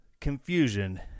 confusion